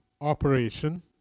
operation